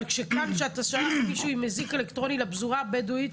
אבל כאן כשאתה שולח מישהו עם אזיק אלקטרוני לפזורה הבדואית,